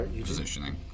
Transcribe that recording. positioning